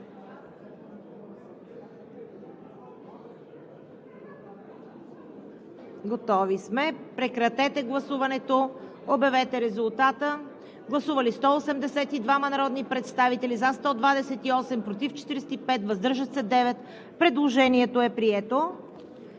Готови сме. Прекратете гласуването. Обявете резултата. Гласували 182 народни представители: за 128, против 45, въздържали се 9. Предложението е прието.